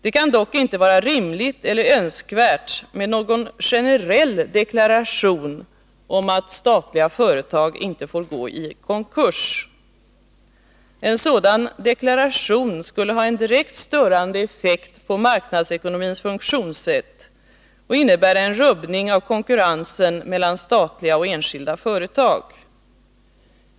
Det kan dock inte vara rimligt eller önskvärt med någon generell deklaration om att statliga företag inte får gå i konkurs. En sådan deklaration skulle ha en direkt störande effekt på marknadsekonomins funktionssätt och innebära en rubbning av konkurrensen mellan statliga och enskilda företag.